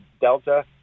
Delta